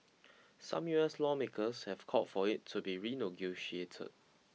some U S lawmakers have called for it to be renegotiated